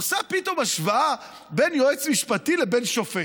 עושה פתאום השוואה בין יועץ משפטי לבין שופט.